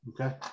Okay